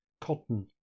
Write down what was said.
cotton